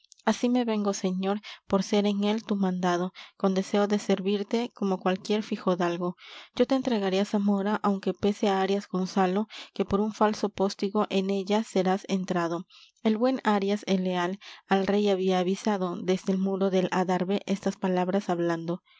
así me vengo señor por ser en el tu mandado con deseo de servirte como cualquier fijodalgo yo te entregaré á zamora aunque pese á arias gonzalo que por un falso postigo en ella serás entrado el buen arias el leal al rey había avisado desde el muro del adarve estas palabras hablando